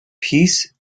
peace